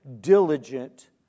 diligent